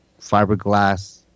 fiberglass